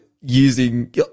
using